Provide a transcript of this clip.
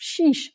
Sheesh